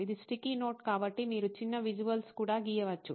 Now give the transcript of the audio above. ఇది sticky note కాబట్టి మీరు చిన్న విజువల్స్ కూడా గీయవచ్చు